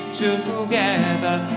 together